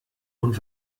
und